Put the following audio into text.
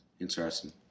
Interesting